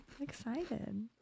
excited